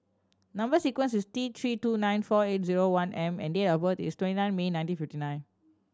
number sequence is T Three two nine four eight zero one M and date of birth is twenty nine May nineteen fifty nine